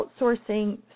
outsourcing